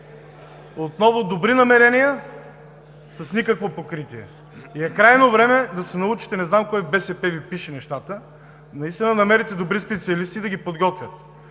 Отново добри намерения с никакво покритие. И е крайно време да се научите, не знам кой в БСП Ви пише нещата, но наистина да намерите добри специалисти и да Ви подготвят.